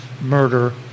murder